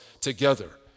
together